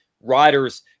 riders